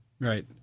right